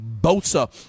Bosa